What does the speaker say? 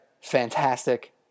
fantastic